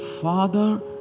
Father